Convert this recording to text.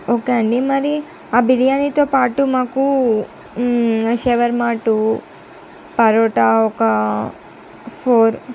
okay అండి మరి ఆ బిర్యానీతో పాటు మాకు శవర్మ టూ పరోటా ఒక ఫోర్